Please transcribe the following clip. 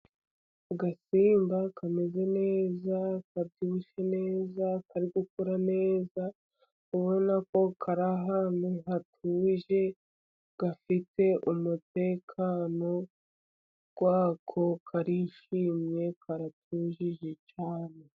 Agasimba kameze neza, kabyibushye neza, kari gukura neza, uri kubona ko kari ahantu hatuje, gafite umutekano wako, karishimye, karatuje cyane.